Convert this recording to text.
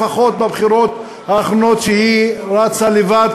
לפחות בבחירות האחרונות שהיא רצה לבד,